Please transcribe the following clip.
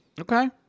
Okay